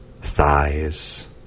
thighs